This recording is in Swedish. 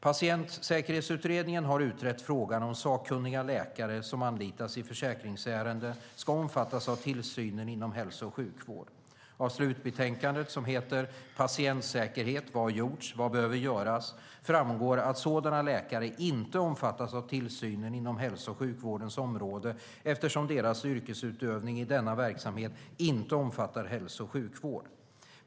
Patientsäkerhetsutredningen har utrett frågan om sakkunniga läkare som anlitas i försäkringsärende ska omfattas av tillsynen inom hälso och sjukvård. Av slutbetänkandet Patientsäkerhet. Vad har gjorts? Vad behöver göras? framgår att sådana läkare inte omfattas av tillsynen inom hälso och sjukvårdens område eftersom deras yrkesutövning i denna verksamhet inte omfattar hälso och sjukvård.